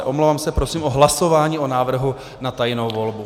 Omlouvám se, prosím o hlasování o návrhu na tajnou volbu.